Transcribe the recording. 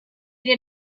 did